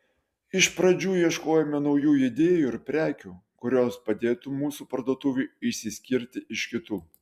iš pradžių ieškojome naujų idėjų ir prekių kurios padėtų mūsų parduotuvei išsiskirti iš kitų